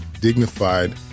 dignified